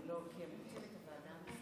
ההודעה מטעם